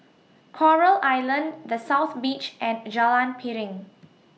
Coral Island The South Beach and Jalan Piring